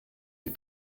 die